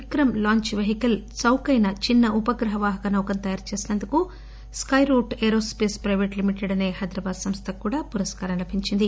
Vikram launch vehicle చౌకయిన చిన్న ఉపగ్రహ వాహక నౌకను తయారు చేసినందుకు Skyroot aerospace private limited అనే హైదరాబాద్ సంస్టకు కూడా పురస్కారం లభించింది